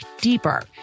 deeper